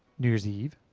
new year's eve.